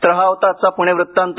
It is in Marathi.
तर हा होता आजचा पुणे वृत्तांत